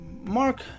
mark